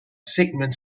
sigmund